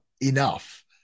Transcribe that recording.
enough